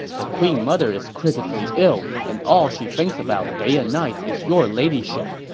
the queen mother is critically ill and all she thinks about day and night is your ladyship.